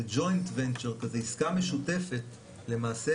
זה עסקה משותפת למעשה